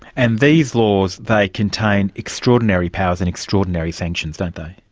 and these laws, they contain extraordinary powers and extraordinary sanctions, don't they?